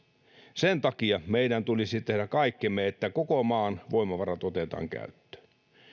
sen takia meidän tulisi tehdä kaikkemme että koko maan voimavarat otetaan käyttöön